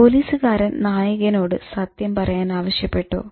പോലീസുകാരൻ നായകനോട് സത്യം പറയാൻ ആവശ്യപ്പെട്ടു